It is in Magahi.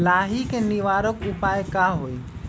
लाही के निवारक उपाय का होई?